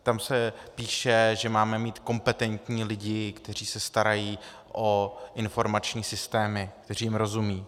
Tam se píše, že máme mít kompetentní lidi, kteří se starají o informační systémy, kteří jim rozumějí.